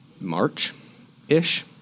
March-ish